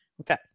Okay